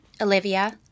Olivia